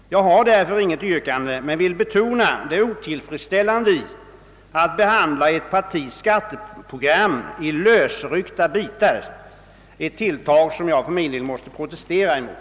Jag har därför inget yrkande men vill betona det otillfredsställande i att ett partis skatteprogram behandlas i lösryckta bitar — ett tilltag som jag för min del måste protestera mot.